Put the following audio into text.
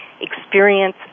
experience